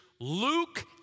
Luke